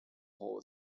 whole